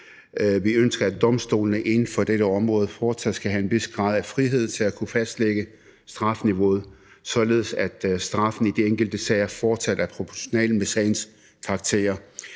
Vi ønsker, at domstolene inden for dette område fortsat skal have en vis grad af frihed til at kunne fastsætte strafniveauet, således at straffen i de enkelte sager fortsat er proportional med sagens karakter.